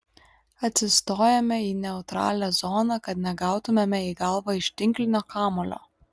atsistojame į neutralią zoną kad negautumėme į galvą iš tinklinio kamuolio